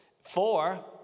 Four